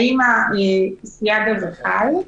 האם הסייג הזה חל?